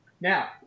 Now